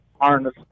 Harness